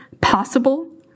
possible